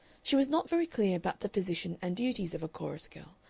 she was not very clear about the position and duties of a chorus-girl,